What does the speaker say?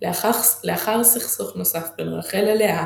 מחליטה לתת את בלהה שפחתה ליעקב לאשה,